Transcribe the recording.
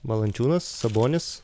valančiūnas sabonis